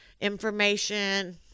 information